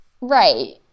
Right